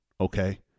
okay